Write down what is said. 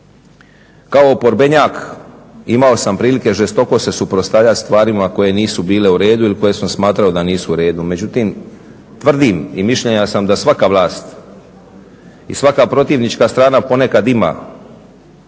kao oporbenjak imao sam prilike žestoko se suprotstavljat stvarima koje nisu bile u redu ili koje sam smatrao da nisu u redu. Međutim, tvrdim i mišljenja sam da svaka vlast i svaka protivnička strana ponekad ima